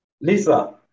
Lisa